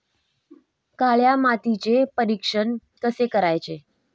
काळ्या मातीचे परीक्षण कसे करायचे?